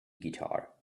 guitar